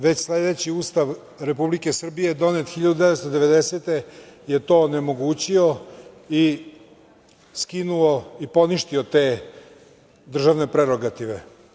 Već sledeći Ustav Republike Srbije donet 1990. je to onemogućio i skinuo i poništio te državne prerogative.